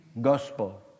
Gospel